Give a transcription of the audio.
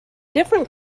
different